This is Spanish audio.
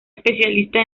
especialista